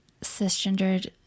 cisgendered